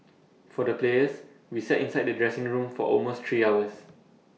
for the players we sat inside the dressing room for almost three hours